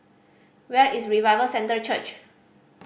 where is Revival Center Church